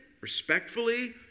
respectfully